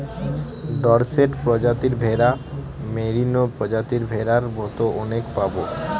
Dorset প্রজাতির ভেড়া, merino প্রজাতির ভেড়ার মতো অনেক পাবো